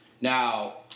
Now